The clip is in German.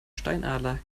steinadler